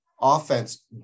offense